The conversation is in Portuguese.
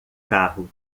carro